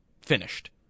finished